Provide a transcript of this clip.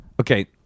okay